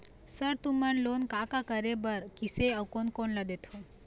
Sir तुमन loan का का करें बर, किसे अउ कोन कोन ला देथों?